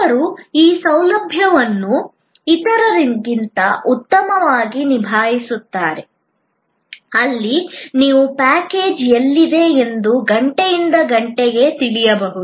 ಕೆಲವರು ಈ ಸೌಲಭ್ಯವನ್ನು ಇತರರಿಗಿಂತ ಉತ್ತಮವಾಗಿ ಒದಗಿಸುತ್ತಾರೆ ಅಲ್ಲಿ ನಿಮ್ಮ ಪ್ಯಾಕೇಜ್ ಎಲ್ಲಿದೆ ಎಂದು ಗಂಟೆಯಿಂದ ಗಂಟೆಗೆ ತಿಳಿಯಬಹುದು